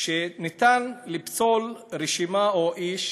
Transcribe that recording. שניתן לפסול רשימה או איש